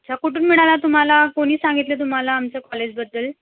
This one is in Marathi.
अच्छा कुठून मिळाला तुम्हाला कोणी सांगितलं तुम्हाला आमच्या कॉलेजबद्दल